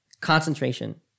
concentration